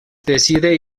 decide